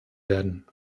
werden